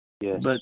Yes